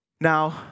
Now